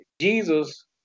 Jesus